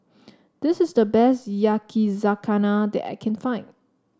this is the best Yakizakana that I can find